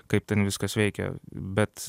kaip ten viskas veikia bet